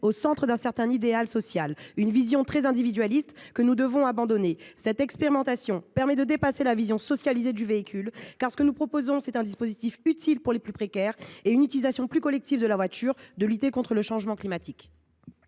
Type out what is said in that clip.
au centre d’un certain idéal social, fondé sur une vision très individualiste que nous devons abandonner. Cette expérimentation permet de dépasser la vision socialisée du véhicule : nous proposons en effet un dispositif utile pour les ménages les plus précaires et une utilisation davantage partagée de la voiture, afin de lutter contre le changement climatique.